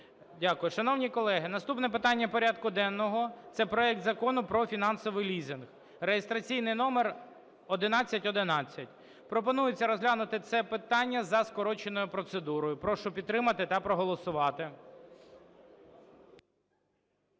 Дякую. Шановні колеги, наступне питання порядку денного – це проект Закону про фінансовий лізинг (реєстраційний номер 1111). Пропонується розглянути це питання за скороченою процедурою. Прошу підтримати та проголосувати.